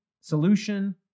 Solution